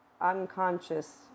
unconscious